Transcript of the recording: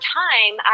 time